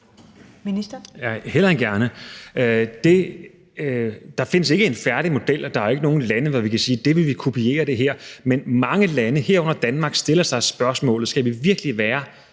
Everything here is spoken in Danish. Heunicke): Hellere end gerne. Der findes ikke en færdig model, og der er ikke nogen lande, der gør noget, vi kan sige vi vil kopiere. Men mange lande, herunder Danmark, stiller sig spørgsmålet: Skal vi virkelig være